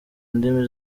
ndimi